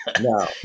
No